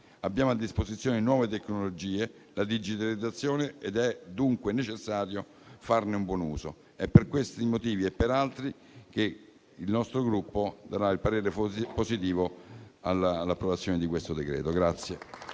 Abbiamo a disposizione nuove tecnologie, la digitalizzazione, ed è dunque necessario farne buon uso. È per questi motivi e per altri che il nostro Gruppo darà il voto favorevole alla conversione di questo decreto-legge.